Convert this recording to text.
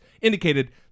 indicated